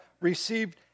received